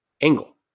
angle